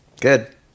Good